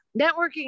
networking